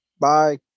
bye